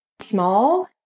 small